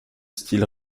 style